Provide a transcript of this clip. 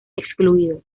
excluidos